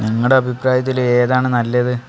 നിങ്ങളുടെ അഭിപ്രായത്തിൽ ഏതാണ് നല്ലത്